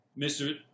Mr